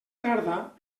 tarda